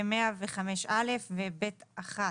ו-105(א) ו-(ב)(1)